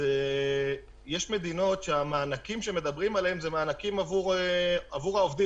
יש מדינות שהמענקים שמדברים עליהם הם מענקים עבור העובדים,